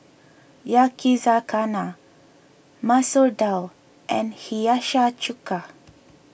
Yakizakana Masoor Dal and Hiyashi Chuka